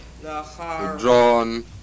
drawn